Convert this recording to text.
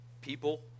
people